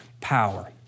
power